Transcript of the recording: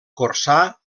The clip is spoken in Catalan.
corçà